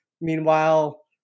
Meanwhile